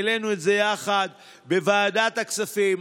העלינו את זה יחד בוועדת הכספים.